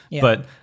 but-